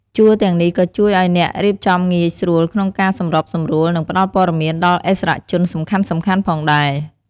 ជួរទាំងនេះក៏ជួយឲ្យអ្នករៀបចំងាយស្រួលក្នុងការសម្របសម្រួល និងផ្តល់ព័ត៌មានដល់ឥស្សរជនសំខាន់ៗផងដែរ។